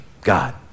God